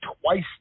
twice